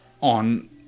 on